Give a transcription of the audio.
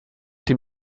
dem